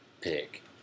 pick